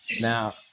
Now